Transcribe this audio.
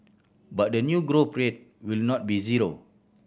but the new growth rate will not be zero